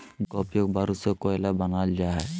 jute का उपयोग बारूद से कोयला बनाल जा हइ